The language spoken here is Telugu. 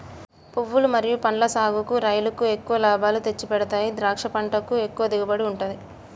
పువ్వులు మరియు పండ్ల సాగుకూడా రైలుకు ఎక్కువ లాభాలు తెచ్చిపెడతాయి ద్రాక్ష పంటకు ఎక్కువ దిగుబడి ఉంటది